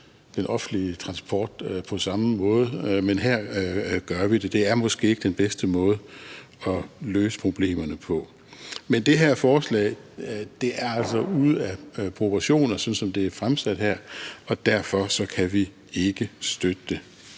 den offentlige transport på samme måde, men her gør vi det. Det er måske ikke den bedste måde at løse problemerne på. Men det her forslag er altså ude af proportioner, sådan som det er fremsat, og derfor kan vi ikke støtte det.